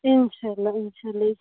اِنشاء اللہ اِنشاء اللہ